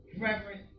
Reverend